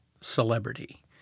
celebrity